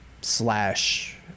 slash